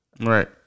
right